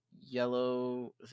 Yellow